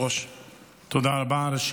תודה רבה, אדוני היושב-ראש.